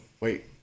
wait